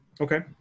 Okay